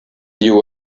you